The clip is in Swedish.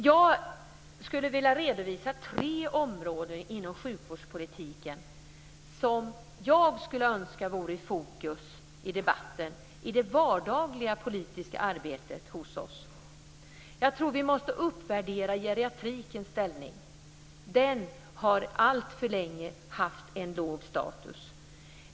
Jag skulle vilja redovisa tre områden inom sjukvårdspolitiken som jag skulle önska vore i fokus i debatten, i det vardagliga politiska arbetet hos oss. Jag tror att vi måste uppvärdera geriatrikens ställning. Den har alltför länge haft en låg status.